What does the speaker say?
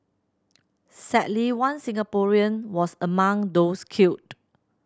sadly one Singaporean was among those killed